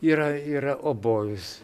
yra yra obojus